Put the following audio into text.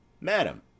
Madam